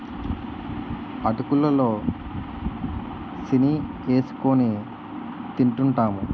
అటుకులు లో సీని ఏసుకొని తింటూంటాము